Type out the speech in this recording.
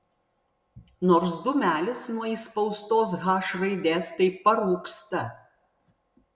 nors dūmelis nuo įspaustos h raidės tai parūksta